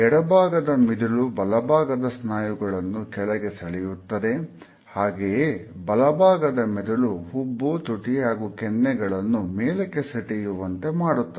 ಎಡಭಾಗದ ಮಿದುಳು ಬಲಭಾಗದ ಸ್ನಾಯುಗಳನ್ನು ಕೆಳಗೆ ಸೆಳೆಯುತ್ತದೆ ಹಾಗೆಯೇ ಬಲಭಾಗದ ಮೆದುಳು ಹುಬ್ಬು ತುಟಿ ಹಾಗೂ ಕೆನ್ನೆಗಳನ್ನು ಮೇಲಕ್ಕೆ ಸೆಟೆಯುವಂತೆ ಮಾಡುತ್ತದೆ